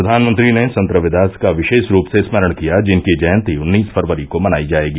प्रधानमंत्री ने संत रविदास का विशेष रूप से स्मरण किया जिनकी जयंती उन्नीस फरवरी को मनाई जायेगी